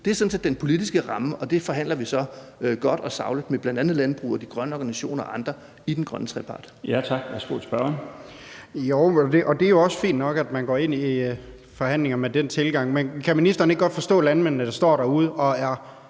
Det er sådan set den politiske ramme, og det forhandler vi så godt og sagligt om med bl.a. landbruget, de grønne organisationer og andre i den grønne trepart.